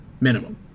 Minimum